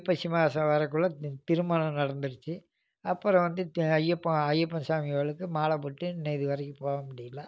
ஐப்பசி மாதம் வர்றதுக்குள்ள இந்த திருமணம் நடந்துடுச்சி அப்புறம் வந்து ஐயப்பன் ஐயப்பன் சாமி கோவிலுக்கு மாலை போட்டு இன்னைக்கு வரைக்கும் போக முடியலை